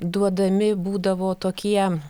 duodami būdavo tokie